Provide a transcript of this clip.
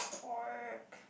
fork